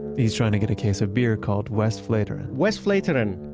he's trying to get a case of beer called westvleteren westvletern.